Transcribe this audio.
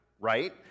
right